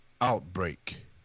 outbreak